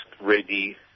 ready